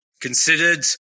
considered